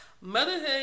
Motherhood